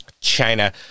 China